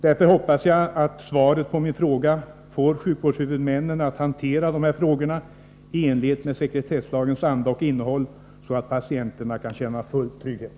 Därför hoppas jag att svaret på min fråga får sjukvårdshuvudmännen att hantera dessa frågor i enlighet med sekretesslagens anda och innehåll så att patienterna kan känna full trygghet.